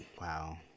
Wow